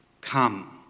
come